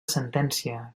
sentència